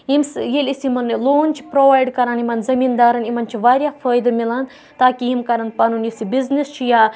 ییٚمہِ سۭتۍ ییٚلہِ أسۍ یِمَن لون چھِ پرٛووایِڈ کَران یِمَن زٔمیٖنٛدارَن یِمَن چھِ واریاہ فٲیدٕ میلان تاکہِ یِم کَرَن پَنُن یُس یہِ بِزنِس چھُ یا